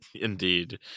Indeed